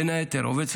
בין היתר: א.